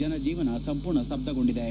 ಜನಜೀವನ ಸಂಪೂರ್ಣ ಸ್ತಬ್ಬಗೊಂಡಿವೆ